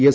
S